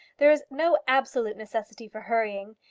there is no absolute necessity for hurrying.